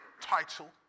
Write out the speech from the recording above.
title